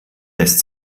lässt